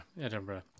Edinburgh